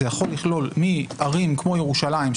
זה יכול לכלול החל מערים כמו ירושלים,